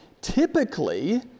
Typically